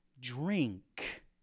Drink